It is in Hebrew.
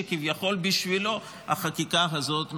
שכביכול בשבילו החקיקה הזאת נעשית.